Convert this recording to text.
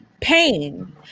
pain